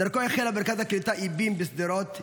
דרכו החלה במרכז הקליטה איבים בשדרות,